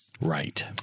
Right